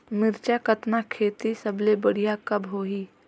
मिरचा कतना खेती सबले बढ़िया कब होही?